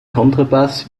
kontrabass